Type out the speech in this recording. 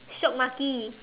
shiok maki